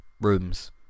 rooms